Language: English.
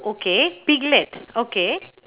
okay piglet okay